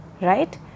Right